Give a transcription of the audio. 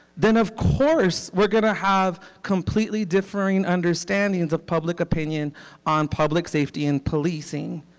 then of course we are going to have completely differing understandings of public opinion on public safety and policing.